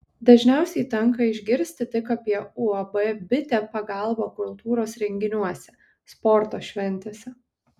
dažniausiai tenka išgirsti tik apie uab bitė pagalbą kultūros renginiuose sporto šventėse